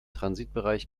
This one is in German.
transitbereich